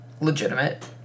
Legitimate